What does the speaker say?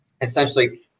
essentially